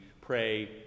pray